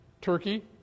Turkey